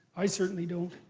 i certainly don't.